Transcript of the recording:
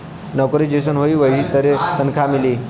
नउकरी जइसन होई वही तरे तनखा मिली